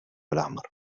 الأحمر